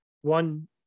one